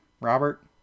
robert